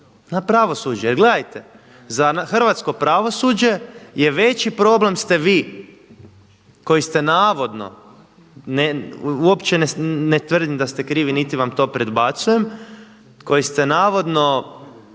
na pravosuđe jer gledajte hrvatsko pravosuđe je veći problem ste vi koji ste navodno uopće ne tvrdim da ste krivi niti vam to predbacujem, koji ste navodno